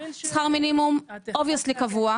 שכר מינימום Obviously קבוע.